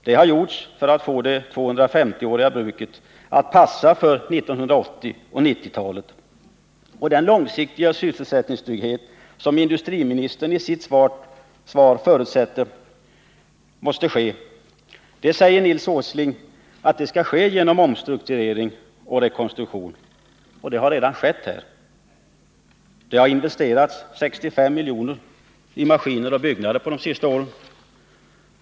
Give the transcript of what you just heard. Det har gjorts för att få det 250-åriga bruket att passa för 1980 och 1990-talen. Den långsiktiga sysselsättningstrygghet som industriministern i sitt svar förutsätter måste komma till stånd skall enligt Nils Åsling åstadkommas genom omstrukturering och rekonstruktion. Det har redan skett här. Det har investerats 65 miljoner i maskiner och byggnader under de senaste åren.